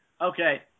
okay